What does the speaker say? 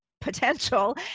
potential